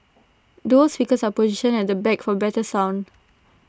dual speakers are positioned at the back for better sound